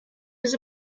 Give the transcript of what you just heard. was